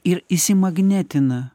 ir įsimagnetina